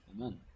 Amen